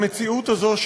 המציאות הזאת,